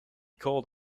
called